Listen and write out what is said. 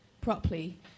properly